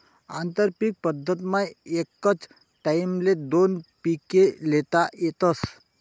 आंतरपीक पद्धतमा एकच टाईमले दोन पिके ल्हेता येतस